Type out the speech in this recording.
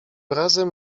razem